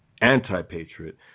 anti-patriot